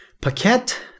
Paquette